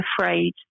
afraid